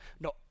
no